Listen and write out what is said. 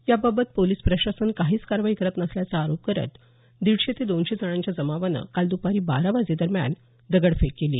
या बाबत पोलिस प्रशासन काहीच कारवाई करत नसल्याचा आरोप करत दीडशे ते दोनशे जणांच्या जमावाने काल दुपारी बारा वाजेदरम्यान दगडफेक केली